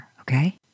okay